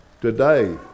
Today